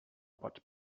pots